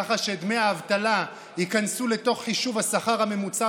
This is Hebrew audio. כך שדמי האבטלה ייכנסו לתוך חישוב השכר הממוצע